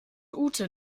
ute